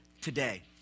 today